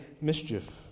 mischief